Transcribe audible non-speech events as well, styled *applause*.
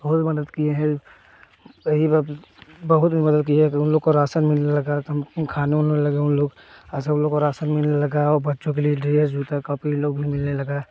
बहुत मदद किए हैं *unintelligible* बहुत मदद किया की उन लोग को राशन मिलने लगा कम कम खाने उने लगे उन लोग ऐसे उन लोग को राशन मिलने लगा अब बच्चों के लिए ड्रेस जूता का कापी इन लोग भी मिलने लगा